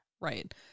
right